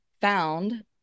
found